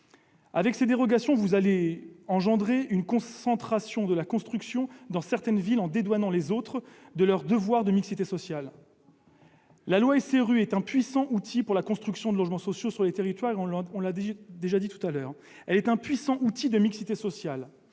Avec ces dérogations, vous allez engendrer une concentration de la construction dans certaines villes en dédouanant les autres de leur devoir de mixité sociale. La loi SRU est un puissant outil de construction de logements sociaux sur les territoires, on l'a déjà dit, et de mixité sociale.